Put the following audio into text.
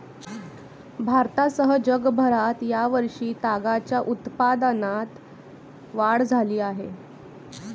भारतासह जगभरात या वर्षी तागाच्या उत्पादनात वाढ झाली आहे